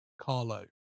Carlo